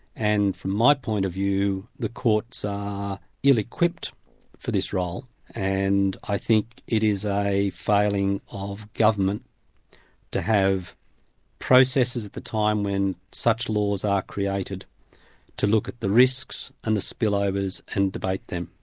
and from my point of view the courts are ill-equipped for this role and i think it is a failing of government to have processes at the time when such laws are created to look at the risks and the spillovers and debate them.